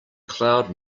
cloud